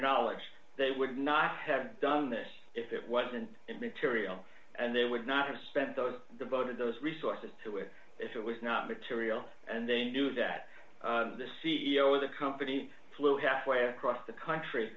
knowledge they would not have done this if it wasn't material and they would not have spent those devoted those resources to it if it was not material and they knew that the c e o of the company flew halfway across the country